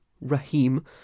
Rahim